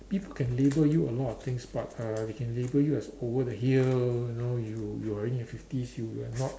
people can label you a lot of things but uh they can label you as over the hill you know you you're only in your fifties you are not